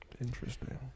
Interesting